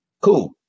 Cool